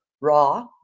raw